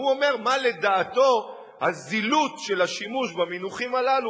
הוא אומר מה לדעתו הזילות של השימוש במונחים הללו,